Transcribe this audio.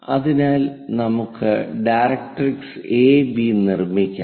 അതിനാൽ നമുക്ക് directrix AB നിർമ്മിക്കാം